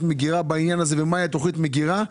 מגרה בעניין הזה ומהי תכנית המגרה,